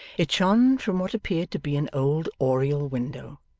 it shone from what appeared to be an old oriel window,